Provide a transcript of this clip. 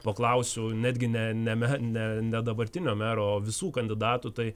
paklausiau netgi ne ne me ne ne dabartinio mero o visų kandidatų tai